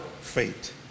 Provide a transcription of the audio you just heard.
fate